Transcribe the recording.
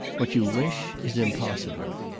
what you wish is impossible.